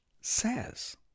says